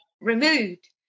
removed